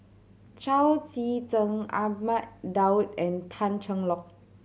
Chao Tzee Cheng Ahmad Daud and Tan Cheng Lock